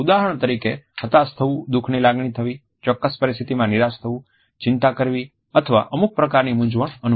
ઉદાહરણ તરીકે હતાશ થવું દુખની લાગણી થવી ચોક્કસ પરિસ્થિતિમાં નિરાશ થવું ચિંતા કરવી અથવા અમુક પ્રકારની મૂંઝવણ અનુભવવી